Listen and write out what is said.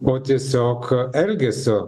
o tiesiog elgesio